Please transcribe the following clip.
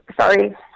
sorry